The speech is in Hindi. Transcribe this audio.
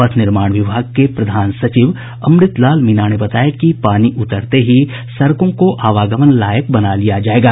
पथ निर्माण विभाग के प्रधान सचिव अमृत लाल मीणा ने बताया कि पानी उतरते ही सड़कों को आवागमन लायक बना लिया जायेगा